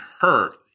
hurt